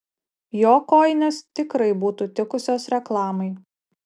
jo kojinės tikrai būtų tikusios reklamai